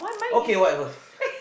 okay whatever